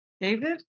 David